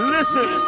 Listen